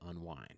unwind